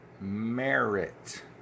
merit